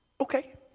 Okay